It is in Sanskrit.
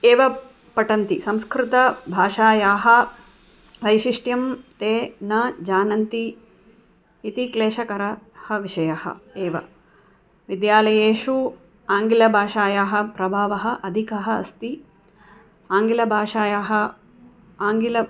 एव पठन्ति संस्कृतभाषायाः वैशिष्ट्यं ते न जानन्ति इति क्लेशकरः विषयः एव विद्यालयेषु आङ्ग्लभाषायाः प्रभावः अधिकः अस्ति आङ्ग्लभाषायाः आङ्ग्ल